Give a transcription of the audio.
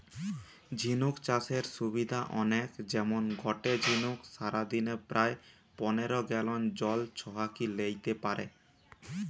ঝিনুক চাষের সুবিধা অনেক যেমন গটে ঝিনুক সারাদিনে প্রায় পনের গ্যালন জল ছহাকি লেইতে পারে